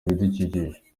ibidukikije